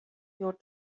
your